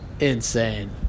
insane